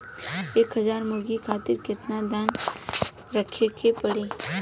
एक हज़ार मुर्गी खातिर केतना दाना रखे के पड़ी?